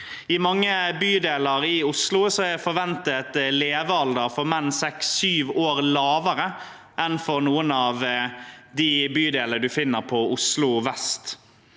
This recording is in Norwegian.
I mange bydeler i Oslo er forventet levealder for menn seks–sju år lavere enn i noen av de bydelene man finner på Oslo vest.